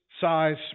size